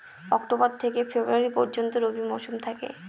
October থেকে February পর্যন্ত রবি মৌসুম থাকে